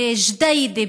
בג'דיידה,